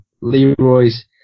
Leroy's